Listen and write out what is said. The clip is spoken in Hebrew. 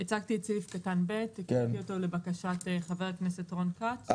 הצגתי את סעיף קטן (ב) לבקשת חבר הכנסת רון כץ.